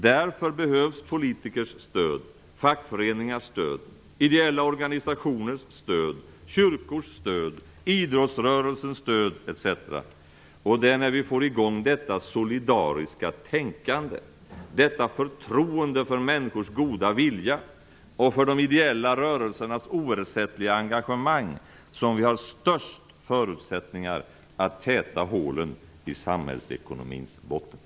Därför behövs politikers stöd, fackföreningars stöd, ideella organisationers stöd, kyrkors stöd, idrottsrörelsens stöd, etc. När vi får i gång detta solidariska tänkande, detta förtroende för människors goda vilja och för de ideella rörelsernas oersättliga engagemang, har vi störst förutsättningar att täta hålen i samhällsekonomins botten.